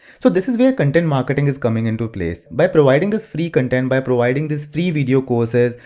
so this is where content marketing is coming in to place. by providing this free content, by providing this free video courses,